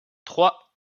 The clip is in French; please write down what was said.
trois